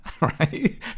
right